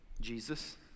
Jesus